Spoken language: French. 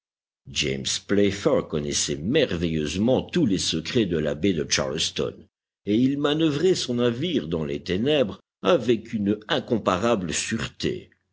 playfair connaissait merveilleusement tous les secrets de la baie de charleston et il manœuvrait son navire dans les ténèbres avec une incomparable sûreté